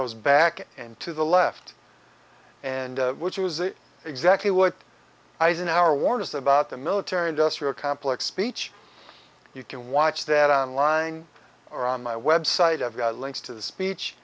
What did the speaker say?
goes back to the left and which was exactly what eisenhower warned us about the military industrial complex speech you can watch that on line or on my website i've got links to the speech